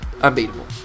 unbeatable